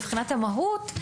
מבחינת המהות,